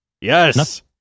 yes